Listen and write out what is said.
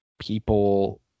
people